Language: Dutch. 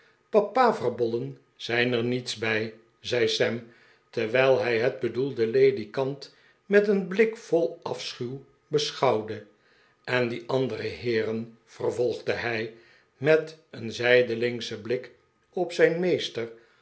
papaverbollen zijn er niets bij zei sam terwijl hij het bedoelde ledikant met een blik vol afschuw beschouwde en die andere heeren vervolgde hij met een zijdelingscheh blik op zijn meester